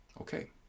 Okay